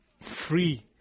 free